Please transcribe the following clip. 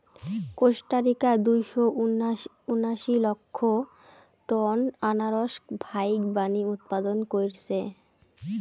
Costa Rica দুইশো উনাশি লক্ষ টন আনারস ফাইকবানী উৎপাদন কইরছে